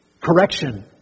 correction